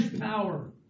power